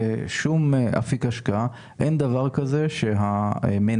בשום אפיק השקעה אין דבר כזה שמנהל